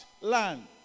land